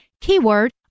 keyword